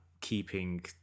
keeping